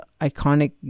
iconic